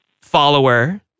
follower